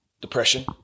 Depression